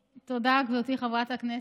תודה, גברתי חברת הכנסת.